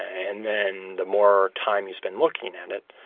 and then, the more time you spend looking at it,